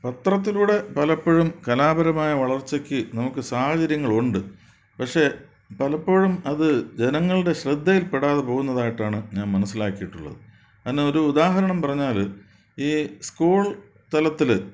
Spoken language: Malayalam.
പത്രത്തിലൂടെ പലപ്പോഴും കലാപരമായ വളർച്ചയ്ക്ക് നമുക്ക് സാഹചര്യങ്ങളുണ്ട് പക്ഷെ പലപ്പോഴും അതു ജനങ്ങളുടെ ശ്രദ്ധയിൽപ്പെടാതെ പോകുന്നതായിട്ടാണ് ഞാൻ മനസ്സിലാക്കിയിട്ടുള്ളത് അതിന് ഒരു ഉദാഹരണം പറഞ്ഞാൽ ഈ സ്കൂൾ തലത്തിൽ